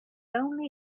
only